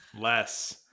Less